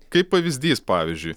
kaip pavyzdys pavyzdžiui